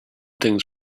things